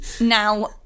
Now